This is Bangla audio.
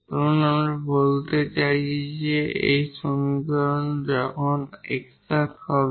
ধরুন আমি বলতে চাইছি যে এই সমীকরণটি এখন এক্সাট হবে